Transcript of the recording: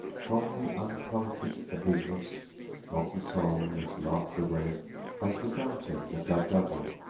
from the unplummeted abysmus of the soul this laughter welleth as the fountain, the gug-guggle,